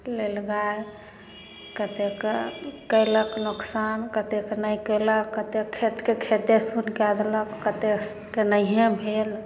लिलगाय कतेक केलक नोकसान कतेकके नहि केलक कते खेतके खेते सुन कऽ देलक कतेकके नहिये भेल